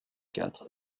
quatre